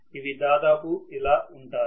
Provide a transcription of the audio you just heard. ఇవి దాదాపు ఇలా ఉంటాయి